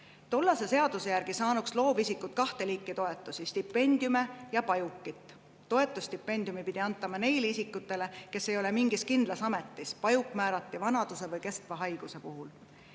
Tollase seaduse järgi saanuks loovisikud kahte liiki toetusi: stipendiume ja pajukit. Toetusstipendiumi pidi antama neile isikutele, kes ei olnud mingis kindlas ametis, pajuk määrati vanaduse või kestva haiguse korral.